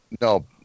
No